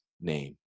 name